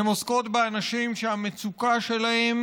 הן עוסקות באנשים שהמצוקה שלהם